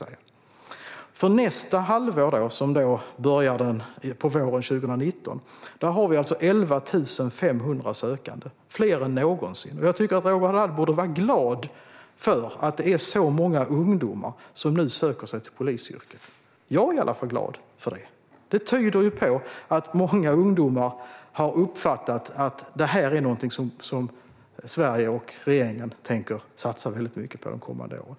För nästa halvår som börjar på våren 2019 har vi 11 500 sökande. Det är fler än någonsin. Roger Haddad borde vara glad för att det är så många ungdomar som nu söker sig till polisyrket. Jag är i varje fall glad för det. Det tyder på att många ungdomar har uppfattat att det är någonting som Sverige och regeringen tänker satsa väldigt mycket på de kommande åren.